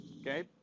okay